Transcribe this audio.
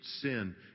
sin